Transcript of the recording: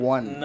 One